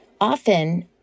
often